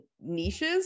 niches